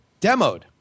demoed